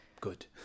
Good